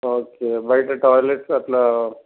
okay బయట toilets అట్లా